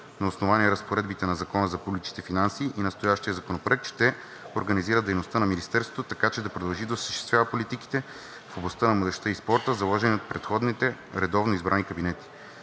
на основание разпоредбите на Закона за публичните финанси и настоящия законопроект ще организира дейността на Министерството така, че да продължи да осъществява политиките в областта на младежта и спорта, заложени от предходните редовно избрани кабинети.